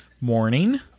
Morning